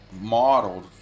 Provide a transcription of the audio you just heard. modeled